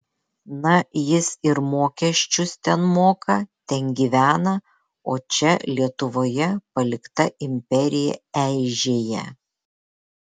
na jis ir mokesčius ten moka ten gyvena o čia lietuvoje palikta imperija eižėja